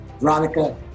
Veronica